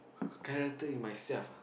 character in myself ah